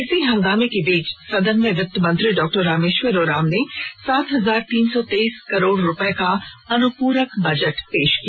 इसी हंगामे के बीच सदन में वित्त मंत्री डॉ रामेश्वर उरांव ने सात हजार तीन सौ तेइस करोड़ का अनुपूरक बजट पेश किया